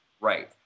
Right